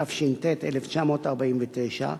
התש"ט 1949,